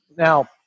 Now